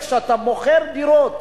כשאתה מוכר דירות,